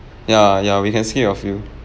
ya ya we can skip a few